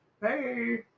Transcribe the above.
hey